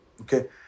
okay